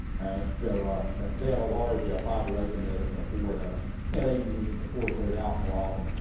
right. so they have a large population there. they can afford, ah yeah they can afford to put it out more often.